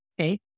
Okay